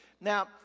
Now